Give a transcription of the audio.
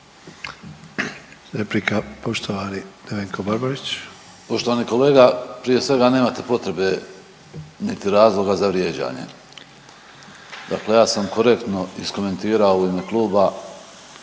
Barbarić. **Barbarić, Nevenko (HDZ)** Poštovani kolega prije svega nemate potrebe niti razloga za vrijeđanje. Dakle, ja sam korektno iskomentirao u ime kluba